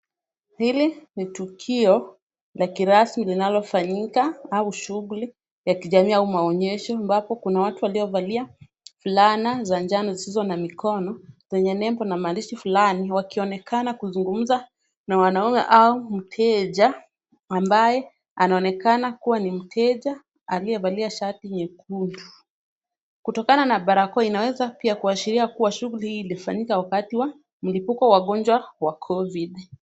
Hili ni tukio la kirasmi linalofanyika au shughuli ya kijamii au maonyesho ambapo kuna watu waliovalia fulana za njano zisizo na mikono zenye nembo na maandishi fulani wakionekana kuzungumza na wanaume au mteja ambaye anaonekana kuwa ni mteja aliyevalia shati nyekundu. Kutokana na barakoa inaweza pia kuashiria kuwa shughuli hii ilifanyika wakati wa mlipuko wa ugonjwa wa COVID.